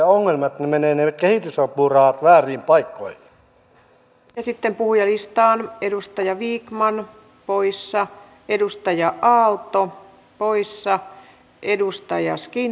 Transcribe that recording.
edustaja lehto kysyi tästä työpajatoiminnasta liittyen palkkatukeen ja siihen että yt neuvottelujen aikana ei voisi sitten palkata näitä ihmisiä tai käyttää tämmöisessä miten nämä linjaukset menevät